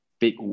big